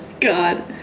God